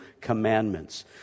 commandments